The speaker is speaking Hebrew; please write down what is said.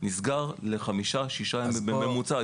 נסגר לחמישה שישה ימים בממוצע.